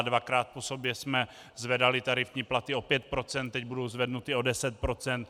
Dvakrát po sobě jsme zvedali tarifní platy o 5 %, teď budou zvednuty o 10 %.